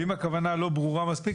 ואם הכוונה לא ברורה מספיק,